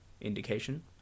indication